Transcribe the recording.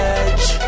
edge